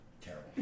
Terrible